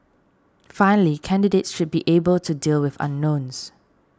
finally candidates should be able to deal with unknowns